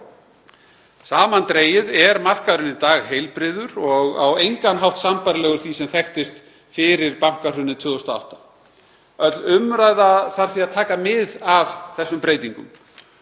Samandregið er markaðurinn í dag heilbrigður og á engan hátt sambærilegur því sem þekktist fyrir bankahrunið 2008. Öll umræða þarf því að taka mið af þessum breytingum.